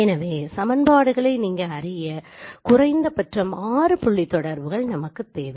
எனவே சமன்பாடுகளை நீங்கள் அறிய குறைந்தபட்சம் 6 புள்ளி தொடர்புகள் நமக்கு தேவை